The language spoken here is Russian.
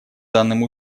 данным